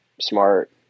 smart